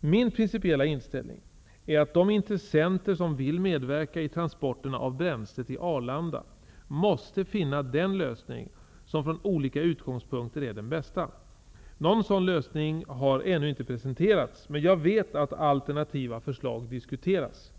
Min principiella inställning är att de intressenter som vill medverka i transporterna av bränsle till Arlanda måste finna den lösning som från olika utgångspunkter är den bästa. Någon sådan lösning har ännu inte presenterats, men jag vet att alternativa förslag diskuteras.